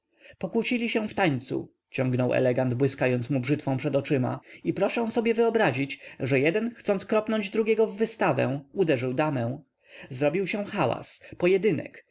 pokłócili się w tańcu ciągnął elegant błyskając mu brzytwą przed oczyma i proszę sobie wyobrazić że jeden chcąc kropnąć drugiego w wystawę uderzył damę zrobił się hałas pojedynek